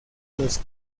los